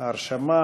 חמד עמאר,